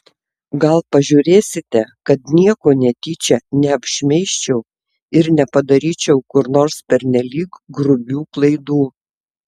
gal pažiūrėsite kad nieko netyčia neapšmeižčiau ir nepadaryčiau kur nors pernelyg grubių klaidų